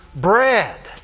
bread